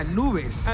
nubes